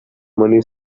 money